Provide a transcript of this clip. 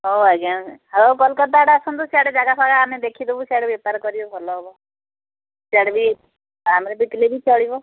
ହଉ ଆଜ୍ଞା ହଉ କୋଲକତା ଆଡ଼େ ଆସନ୍ତୁ ସିଆଡ଼େ ଜାଗା ଫାଗା ଆମେ ଦେଖିଦେବୁ ସିଆଡ଼େ ବେପାର କରିବେ ଭଲ ହବ ସିଆଡ଼େ ବି କମରେ ବିକିଲେ ବି ଚଳିବ